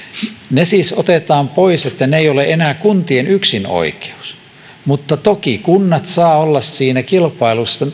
ne siis otetaan pois niin että ne eivät ole enää kuntien yksinoikeus mutta toki nämä kunnalliset laitokset saavat olla siinä kilpailussa